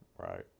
Right